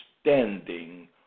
standing